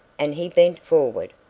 and, he bent forward,